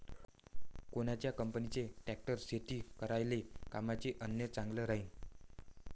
कोनच्या कंपनीचा ट्रॅक्टर शेती करायले कामाचे अन चांगला राहीनं?